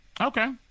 okay